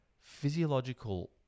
physiological